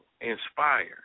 inspire